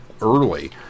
early